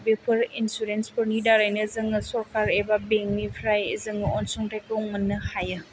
बेफोर इन्सुरेन्सफोरनि दारैनो जोङो सरकार एबा बेंकनिफ्राय जोङो अनसुंथाइखौ मोननो हायो